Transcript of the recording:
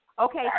okay